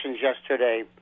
yesterday